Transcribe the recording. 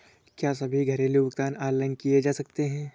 क्या सभी घरेलू भुगतान ऑनलाइन किए जा सकते हैं?